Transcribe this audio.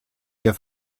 der